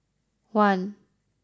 one